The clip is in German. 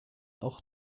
auch